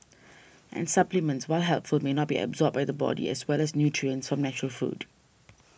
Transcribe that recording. and supplements while helpful may not be absorbed by the body as well as nutrients from natural food